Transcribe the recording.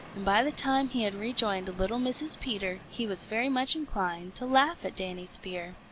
and by the time he had rejoined little mrs. peter he was very much inclined to laugh at danny's fear.